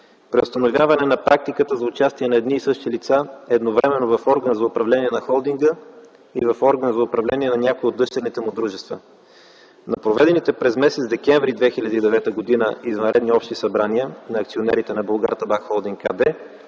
преустановяване на практиката за участие на едни и същи лица едновременно в орган за управление на холдинга и в орган за управление на някои от дъщерните му дружества. На проведените през м. декември 2009 г. извънредни общи събрания на акционерите на